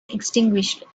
extinguished